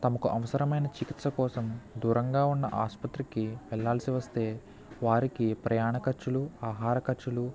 తమకు అవసరమైన చికిత్సకు కోసం దూరంగా ఉన్న ఆసుపత్రికి వెళ్ళాల్సివస్తే వారికి ప్రయాణ ఖర్చులు ఆహార ఖర్చులు